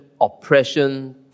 oppression